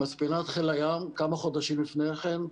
מספנת חיל הים, כמה חודשים לפני כן,